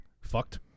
Fucked